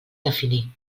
definir